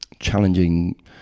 challenging